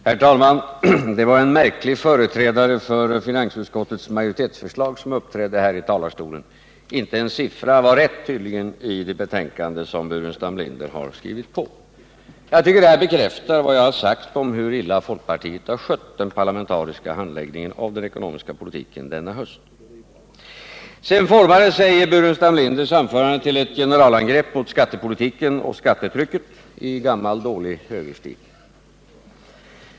Herr talman! Det var en märklig företrädare för finansutskottets majoritetsförslag som uppträdde här i talarstolen. Inte en siffra var tydligen rätt i det betänkande som Burenstam Linder skrivit på. Jag tycker att detta bekräftar vad jag sagt om hur illa folkpartiet skött den parlamentariska handläggningen av den ekonomiska politiken. Sedan formade sig Burenstam Linders anförande till ett generalangrepp mot skattepolitik och skattetryck i gammal dålig högerstil.